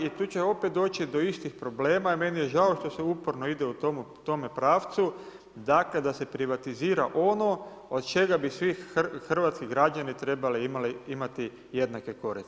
I tu će opet doći do istih problema i meni je žao što se uporno ide u tome pravcu, dakle da se privatizira ono od čega bi svi hrvatski građani trebali imati jednake koristi.